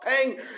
paying